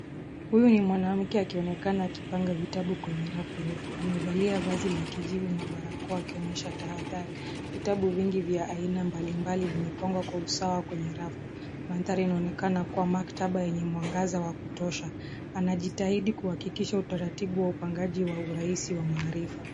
Huyu ni mwanamke akionekana akipanga vitabu kwenye rafu refu. Amevalia vazi la kijivu na barakoa akionyesha tahadhari. Vitabu vingi vya aina mbalimbali vimepangwa kwa usawa kwenye rafu. Mandhari inaonekana kuwa maktaba yenye mwangaza wa kutosha. Anajitahidi kuhakikisha utaratibu wa upangaji wa urahisi wa maarifa.